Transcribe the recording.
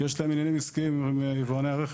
יש להן עניינים עסקיים עם יבואני הרכב.